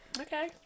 Okay